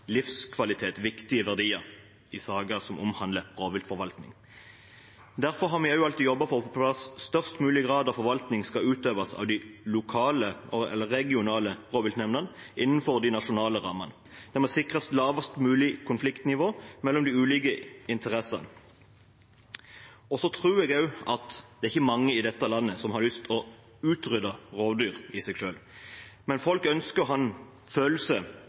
livskvalitet viktige verdier i saker som omhandler rovviltforvaltning. Derfor har vi også alltid jobbet for å få på plass at størst mulig grad av forvaltning skal utøves av de regionale rovviltnemndene innenfor de nasjonale rammene. Det må sikres lavest mulig konfliktnivå mellom de ulike interessene. Jeg tror ikke det er mange i dette landet som har lyst til å utrydde rovdyr i seg selv, men folk ønsker å ha en følelse